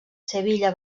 sevilla